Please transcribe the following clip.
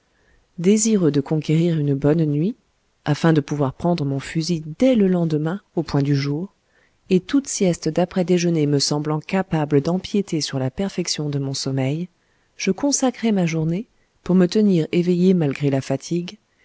désireux de conquérir une bonne nuit afin de pouvoir prendre mon fusil dès le lendemain au point du jour et toute sieste d'après déjeuner me semblant capable d'empiéter sur la perfection de mon sommeil je consacrai ma journée pour me tenir éveillé malgré la fatigue